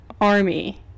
army